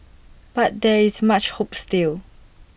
but there is much hope still